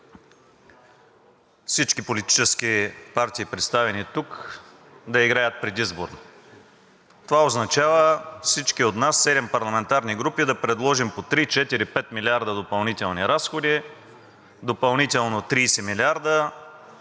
всички политически партии, представени тук, да играят предизборно. Това означава всички от нас, седем парламентарни групи, да предложим по три, четири, пет милиарда допълнителни разходи, допълнително 30 милиарда